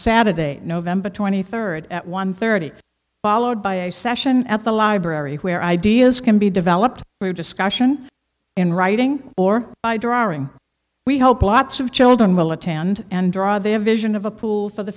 saturday november twenty third at one thirty followed by a session at the library where ideas can be developed through discussion in writing or by drawing we hope lots of children will attend and draw their vision of a pool for the